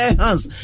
hands